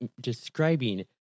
describing